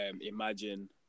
imagine